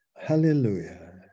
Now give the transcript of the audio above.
Hallelujah